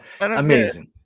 Amazing